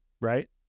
right